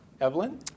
Evelyn